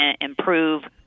improve